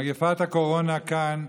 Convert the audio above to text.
מגפת הקורונה כאן,